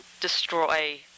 destroy